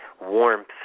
warmth